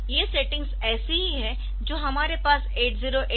ये सेटिंग्स ऐसी ही है जो हमारे पास 8086 में है